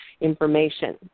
information